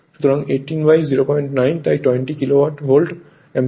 সুতরাং 1809 তাই 20 kilovolt ampere হয়